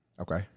Okay